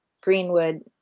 Greenwood